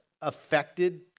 affected